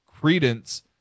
credence